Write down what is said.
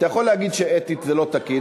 אתה יכול להגיד שאתית זה לא תקין,